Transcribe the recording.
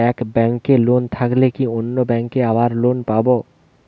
এক ব্যাঙ্কে লোন থাকলে কি অন্য ব্যাঙ্কে আবার লোন পাব?